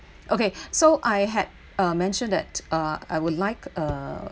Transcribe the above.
okay so I had uh mentioned that uh I would like uh